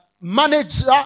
manager